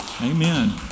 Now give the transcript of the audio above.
Amen